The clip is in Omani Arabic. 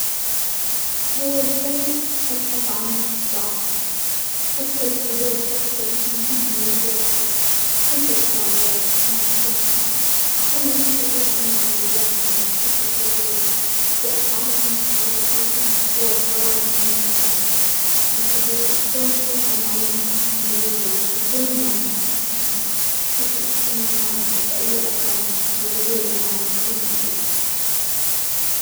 أول شي أبحث عن نجطة ظعفهم أدخل في دور شخصٍ يمكنهم الوثوج فيه، مثل تاجر أو مستثمر أخلي نفسي جزء من عملياتهم بشكل تدريجي وأتعلم تحركاتهم وأسرارهم من الداخل، الهدف يكون جمع معلوماتٍ جوية بدون ما يشكوا فيني وأتأكد إني ما أترك أي أثرٍ أو دليلٍ على هويتي.